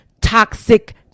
toxic